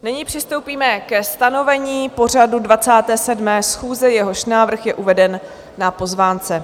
Nyní přistoupíme ke stanovení pořadu 27. schůze, jehož návrh je uveden na pozvánce.